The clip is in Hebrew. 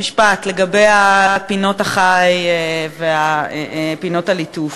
לגבי פינות-החי ופינות הליטוף.